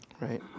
Right